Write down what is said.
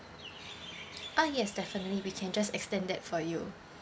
ah yes definitely we can just extend that for you